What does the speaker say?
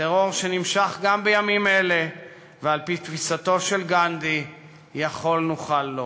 טרור שנמשך גם בימים אלה ועל-פי תפיסתו של גנדי יכול נוכל לו.